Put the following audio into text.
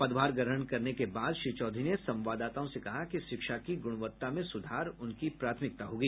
पदभार ग्रहण करने के बाद श्री चौधरी ने संवाददाताओं से कहा कि शिक्षा की गुणवत्ता में सुधार उनकी प्राथमिकता होगी